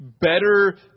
Better